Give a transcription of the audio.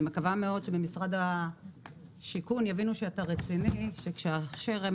מקווה מאוד שבמשרד השיכון יבינו שאתה רציני שכאשר הם